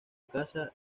casa